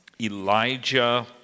Elijah